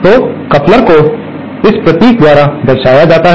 तो कपलर को इस प्रतीक द्वारा दर्शाया जाता है